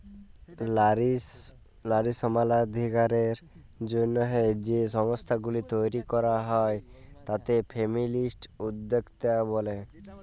লারী সমালাধিকারের জ্যনহে যে সংস্থাগুলি তৈরি ক্যরা হ্যয় তাতে ফেমিলিস্ট উদ্যক্তা ব্যলে